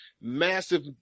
massive